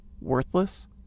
worthless